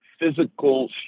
physical